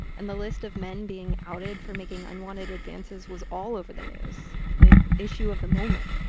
and the list of men being outed for making unwanted advances was all over the news the issue of the moment.